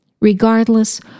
Regardless